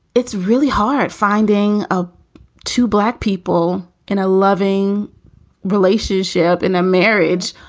it's really hard finding a two black people in a loving relationship, in a marriage